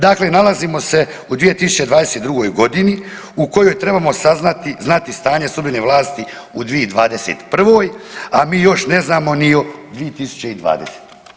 Dakle, nalazimo se u 2022. godini u kojoj trebamo znati stanje sudbene vlasti u 2021. a mi još ne znamo ni o 2020.